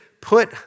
put